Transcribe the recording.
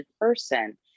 person